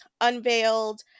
unveiled